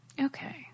Okay